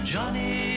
Johnny